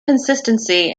consistency